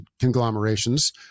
conglomerations